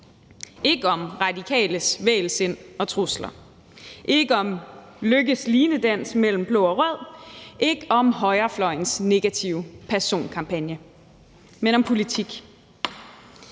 handle om Radikales vægelsind og trusler, ikke om Løkkes linedans mellem blå og rød, ikke om højrefløjens negative personkampagne, men om politik.